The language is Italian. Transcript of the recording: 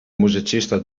musicista